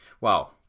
Wow